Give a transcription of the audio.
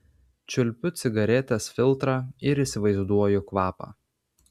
čiulpiu cigaretės filtrą ir įsivaizduoju kvapą